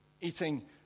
eating